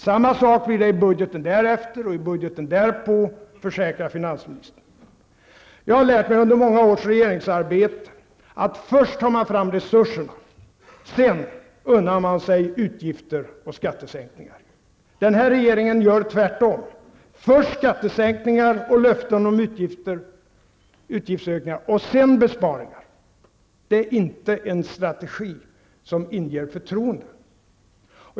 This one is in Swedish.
Samma sak blir det i budgeten därefter och i budgeten därpå, försäkrar finansministern. Jag har lärt mig under många års regeringsarbete, att först tar man fram resurserna, sedan unnar man sig utgifter och skattesänkningar. Den här regeringen gör tvärtom: först skattesänkningar och löften om utgifter och sedan besparingar. Det är inte en strategi som inger förtroende.